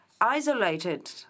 isolated